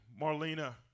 Marlena